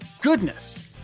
goodness